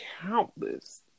Countless